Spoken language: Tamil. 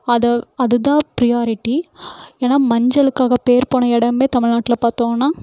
அது அதுதான் பிரியாரிட்டி ஏன்னால் மஞ்சளுக்காக பேர் போன இடமே தமிழ்நாட்டில் பார்த்தோன்னா